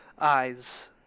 eyes